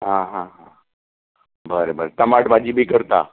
आ हा हा बरें बरें तमाट भाजी बी करता